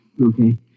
Okay